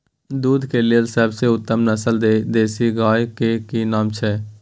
दूध के लेल सबसे उत्तम नस्ल देसी गाय के की नाम छै?